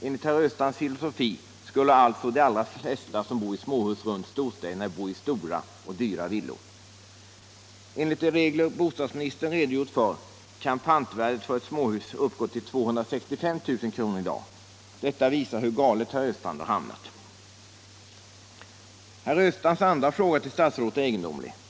Enligt herr Östrands filosofi skulle alltså de allra flesta som bor i småhus runt storstäderna bo i stora och dyra villor. Enligt de regler bostadsministern redogjort för kan pantvärdet för småhus uppgå till 265 000 kr. i dag. Detta visar hur galet herr Östrand har hamnat. Herr Östrands andra fråga till statsrådet är egendomlig.